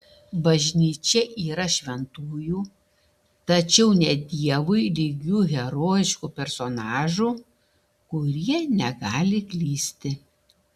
bažnyčia yra šventųjų tačiau ne dievui lygių herojiškų personažų kurie negali klysti